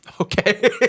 Okay